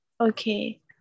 Okay